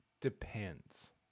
depends